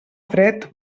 fred